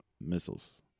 missiles